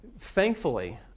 thankfully